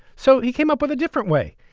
so he came up with a different way.